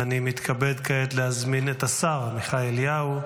ואני מתכבד כעת להזמין את השר עמיחי אליהו,